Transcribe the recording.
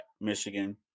Michigan